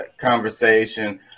conversation